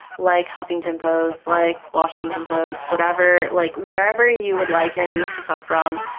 like huffington post, like washington post, whatever, like wherever you would like your news to come from,